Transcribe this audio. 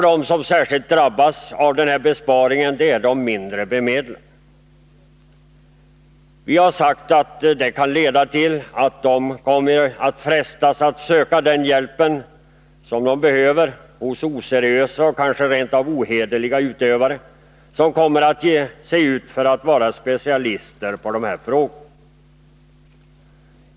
De som särskilt drabbas av denna besparing är de mindre bemedlade. Vi har sagt att det kan leda till att de frestas söka den hjälp de behöver hos oseriösa och kanske rent av ohederliga utövare, som kommer att ge sig ut för att vara specialister på dessa frågor.